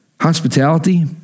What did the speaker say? hospitality